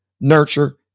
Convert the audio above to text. nurture